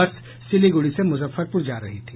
बस सिलीगुड़ी से मुजफ्फरपुर जा रही थी